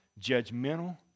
judgmental